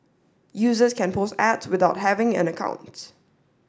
users can post ads without having an account